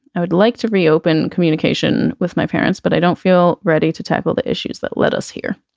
i would like to reopen communication with my parents, but i don't feel ready to tackle the issues that led us here.